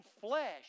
flesh